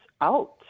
out